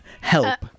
help